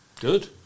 Good